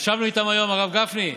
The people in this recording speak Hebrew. הרב גפני,